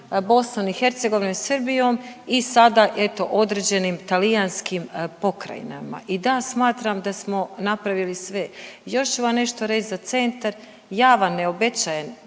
BiH, Srbijom i sada eto određenim talijanskim pokrajinama. I da, smatram da smo napravili sve. Još ću vam nešto reći za centar. Ja vam ne obećajem